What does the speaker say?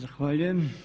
Zahvaljujem.